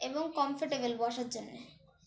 এবং কমফর্টেবেল বসার জন্যে